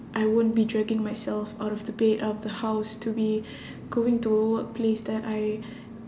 I won't be dragging myself out of the bed out of the house to be going to a workplace that I